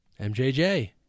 MJJ